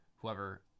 whoever